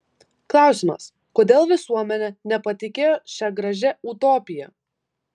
klausimas kodėl visuomenė nepatikėjo šia gražia utopija